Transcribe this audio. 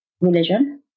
religion